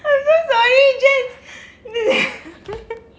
I'm so sorry just